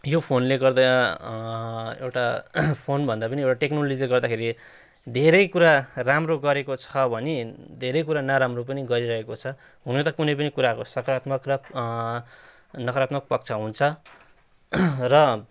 यो फोनले गर्दा एउटा फोन भन्दा पनि एउटा टेक्नोलोजीले गर्दाखेरि धेरै कुरा राम्रो गरेको छ भने धेरै कुरा नराम्रो पनि गरिरहेको छ हुन त कुनै पनि कुराको सकारात्मक र नकारात्मक पक्ष हुन्छ र